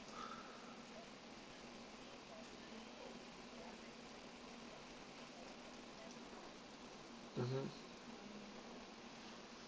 mmhmm